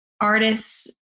artists